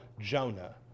Jonah